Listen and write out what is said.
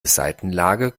seitenlage